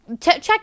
check